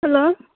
hello